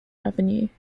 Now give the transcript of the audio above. revenue